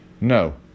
No